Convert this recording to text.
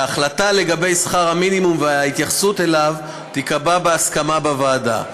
וההחלטה לגבי שכר המינימום וההתייחסות אליו תיקבע בהסכמה בוועדה.